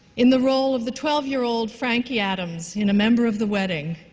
in the role of the twelve-year-old frankie adams, in a member of the wedding,